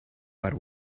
per